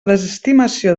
desestimació